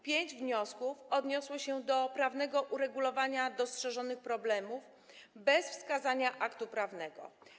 Pięć wniosków odnosiło się do prawnego uregulowania dostrzeżonych problemów bez wskazania aktu prawnego.